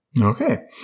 okay